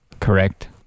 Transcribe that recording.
Correct